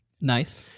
Nice